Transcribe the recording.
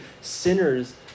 sinners